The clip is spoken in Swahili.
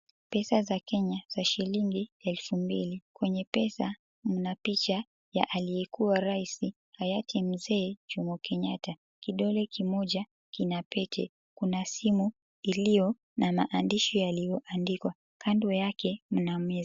Pesa za kenya za shilingi elfu mbili. Kwenye pesa mna picha ya aliyekuwa Rais, hayati Mzee Jomo Kenyatta. Kidole kimoja kina pete, kuna simu iliyo na maandishi yaliyoandikwa. Kando yake mna meza.